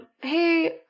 hey